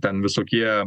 ten visokie